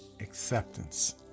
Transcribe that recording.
Acceptance